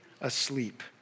asleep